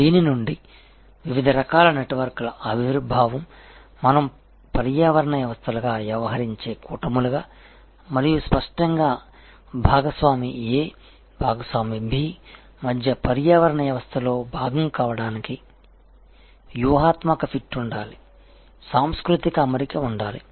దీని నుండి వివిధ రకాల నెట్వర్క్ల ఆవిర్భావం మనం పర్యావరణ వ్యవస్థలుగా వ్యవహరించే కూటములుగా మరియు స్పష్టంగా భాగస్వామి A భాగస్వామి B మధ్య పర్యావరణ వ్యవస్థలలో భాగం కావడానికి వ్యూహాత్మక ఫిట్ ఉండాలి సాంస్కృతిక అమరిక ఉండాలి